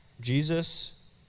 Jesus